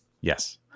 Yes